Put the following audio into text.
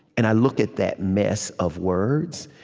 and i look at that mess of words,